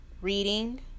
Reading